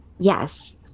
yes